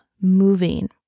moving